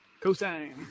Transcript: Cosine